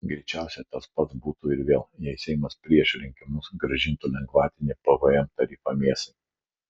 greičiausiai tas pats būtų ir vėl jei seimas prieš rinkimus grąžintų lengvatinį pvm tarifą mėsai